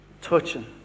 touching